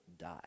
die